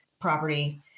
property